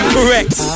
Correct